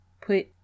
put